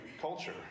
culture